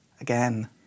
again